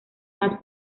más